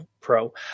pro